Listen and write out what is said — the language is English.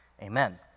Amen